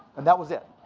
and that was it.